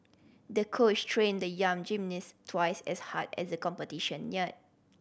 the coach trained the young gymnast twice as hard as the competition neared